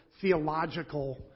theological